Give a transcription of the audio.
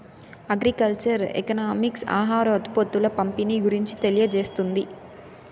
agriculture economics ఆహార ఉత్పత్తుల పంపిణీ గురించి తెలియజేస్తుంది